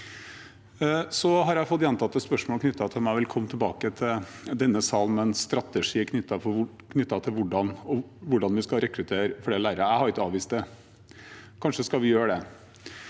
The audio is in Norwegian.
Jeg har fått gjentatte spørsmål knyttet til om jeg vil komme tilbake til denne salen med en strategi knyttet til hvordan vi skal rekruttere flere lærere. Jeg har ikke avvist det. Kanskje skal vi gjøre det,